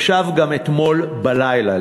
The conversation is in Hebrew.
ישב גם אתמול בלילה,